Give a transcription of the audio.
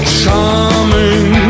charming